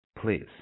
please